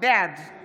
בעד חיים